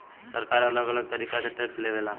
सरकार अलग अलग तरीका से टैक्स लेवे ला